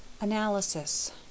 analysis